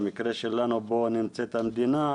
במקרה שלנו, בו נמצאת המדינה,